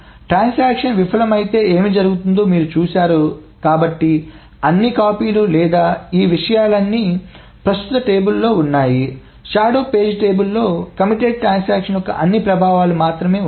transaction విఫలమైతే ఏమి జరుగుతుందో మీరు చూశారు కాబట్టి అన్ని కాపీలు లేదా ఈ విషయాలన్నీ ప్రస్తుత పేజీ టేబుల్ లో ఉన్నాయి షాడో పేజీ టేబుల్లో కమిటెడ్ ట్రాన్సాక్షన్ ల యొక్క అన్ని ప్రభావాలు మాత్రమే ఉన్నాయి